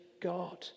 God